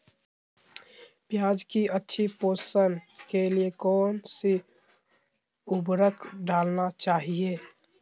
प्याज की अच्छी पोषण के लिए कौन सी उर्वरक डालना चाइए?